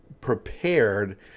prepared